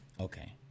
Okay